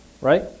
Right